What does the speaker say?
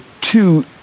two